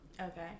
Okay